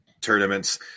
tournaments